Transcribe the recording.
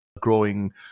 growing